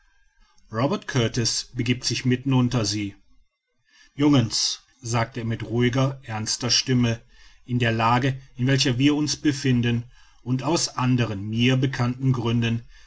robert kurtis begiebt sich mitten unter sie jungens sagt er mit ruhig ernster stimme in der lage in welcher wir uns befinden und aus anderen mir bekannten gründen